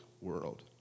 world